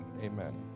Amen